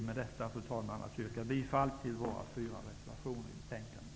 Med detta, fru talman, yrkar jag bifall till våra fyra reservationer i betänkandet.